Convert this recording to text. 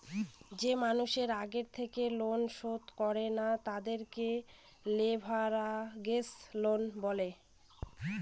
যে মানুষের আগে থেকে লোন শোধ করে না, তাদেরকে লেভেরাগেজ লোন বলে